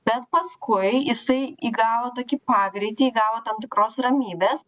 bet paskui jisai įgavo tokį pagreitį įgavo tam tikros ramybės